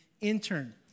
intern